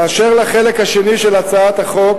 באשר לחלק השני של הצעת החוק,